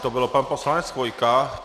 To byl pan poslanec Chvojka.